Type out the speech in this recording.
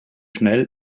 schnell